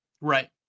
Right